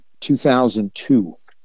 2002